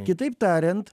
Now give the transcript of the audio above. kitaip tariant